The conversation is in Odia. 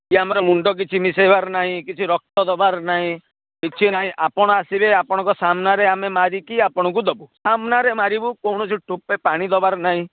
କି ଆମର ମୁଣ୍ଡ କିଛି ମିଶାଇବାର ନାହିଁ କିଛି ରକ୍ତ ଦେବାର ନାହିଁ କିଛି ନାହିଁ ଆପଣ ଆସିଲେ ଆପଣଙ୍କ ସାମ୍ନାରେ ଆମେ ମାରିକି ଆପଣଙ୍କୁ ଦେବୁ ସାମ୍ନାରେ ମାରିବୁ କୌଣସି ଟୋପେ ପାଣି ଦେବାର ନାହିଁ